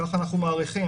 כך אנחנו מעריכים,